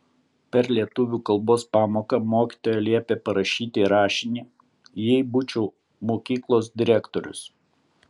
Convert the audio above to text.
per lietuvių kalbos pamoką mokytoja liepė parašyti rašinį jeigu būčiau mokyklos direktorius